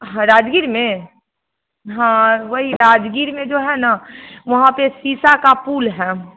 हाँ राजगीर में हाँ वही राजगीर में जो है ना वहाँ पर शीशे का पुल है